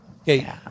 Okay